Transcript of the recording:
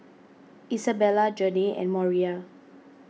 Isabella Janey and Moriah